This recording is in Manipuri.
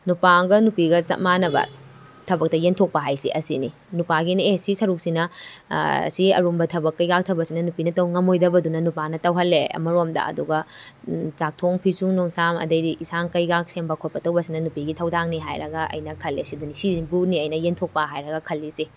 ꯅꯨꯄꯥ ꯑꯃꯒ ꯅꯨꯄꯤꯒ ꯆꯞ ꯃꯥꯟꯅꯕ ꯊꯕꯛꯇ ꯌꯦꯟꯊꯣꯛꯄ ꯍꯥꯏꯁꯦ ꯑꯁꯤꯅꯤ ꯅꯨꯄꯥꯒꯤꯅ ꯑꯦ ꯁꯤ ꯁꯔꯨꯛꯁꯤꯅ ꯁꯤ ꯑꯔꯨꯝꯕ ꯊꯕꯛ ꯀꯩꯀꯥ ꯊꯕꯛꯁꯤꯅ ꯅꯨꯄꯤꯅ ꯇꯧ ꯉꯝꯃꯣꯏꯗꯕꯗꯨꯅ ꯅꯨꯄꯥꯅ ꯇꯧꯍꯜꯂꯦ ꯑꯃꯔꯣꯝꯗ ꯑꯗꯨꯒ ꯆꯥꯛ ꯊꯣꯡ ꯐꯤꯁꯨ ꯅꯨꯡꯁꯥꯝ ꯑꯗꯒꯤ ꯏꯟꯁꯥꯡ ꯀꯩꯀꯥ ꯁꯦꯝꯕ ꯈꯣꯠꯄ ꯇꯧꯕꯁꯤꯅ ꯅꯨꯄꯤꯒꯤ ꯊꯧꯗꯥꯡꯅꯤ ꯍꯥꯏꯔꯒ ꯑꯩꯅ ꯈꯜꯂꯦ ꯁꯤꯗꯅꯤ ꯁꯤꯕꯨꯅꯤ ꯑꯩꯅ ꯌꯦꯟꯊꯣꯛꯄ ꯍꯥꯏꯔꯒ ꯈꯜꯂꯤꯁꯦ